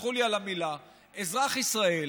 תסלחו לי על המילה, אזרח ישראל.